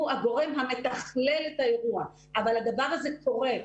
הוא הגורם המתכלל את האירוע אבל הדבר הזה קורה,